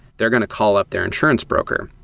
they're going to call up their insurance broker.